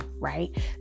right